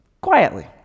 quietly